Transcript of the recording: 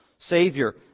Savior